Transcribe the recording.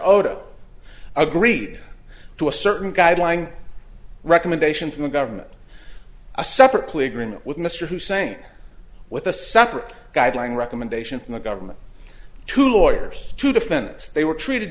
oda agreed to a certain guideline recommendation from the government a separate plea agreement with mr hussein with a separate guideline recommendation from the government to lawyers to defense they were treated